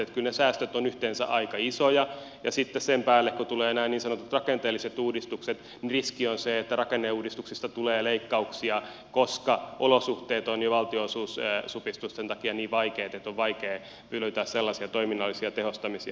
kyllä ne säästöt ovat yhteensä aika isoja ja kun sitten sen päälle tulevat nämä niin sanotut rakenteelliset uudistukset niin riski on se että rakenneuudistuksista tulee leikkauksia koska olosuhteet ovat jo valtionosuussupistusten takia niin vaikeat että on vaikeata löytää sellaisia toiminnallisia tehostamisia